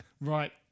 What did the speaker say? Right